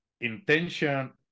intention